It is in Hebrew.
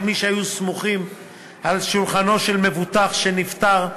מי שהיו סמוכים על שולחנו של מבוטח שנפטר,